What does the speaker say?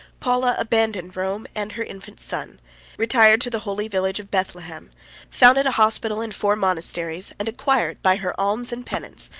paula abandoned rome and her infant son retired to the holy village of bethlem founded a hospital and four monasteries and acquired, by her alms and penance,